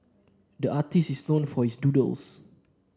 the artist is known for his doodles